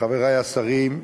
חברי השרים,